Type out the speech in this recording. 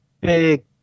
big